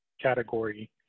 category